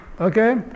Okay